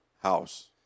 House